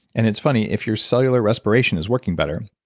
and it's funny if your cellular respiration is working better,